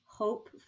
hope